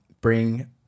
bring